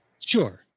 Sure